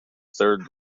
third